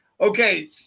Okay